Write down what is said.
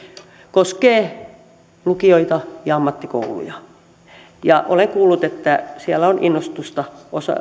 koskee lukioita ja ammattikouluja olen kuullut että siellä on innostusta